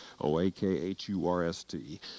O-A-K-H-U-R-S-T